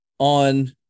on